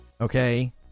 Okay